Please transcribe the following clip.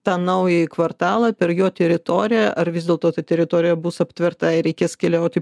tą naująjį kvartalą per jo teritoriją ar vis dėlto ta teritorija bus aptvertair reikės keliauti